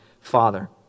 father